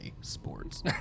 Sports